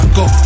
go